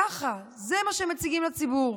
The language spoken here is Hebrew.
ככה, זה מה שהם מציגים לציבור.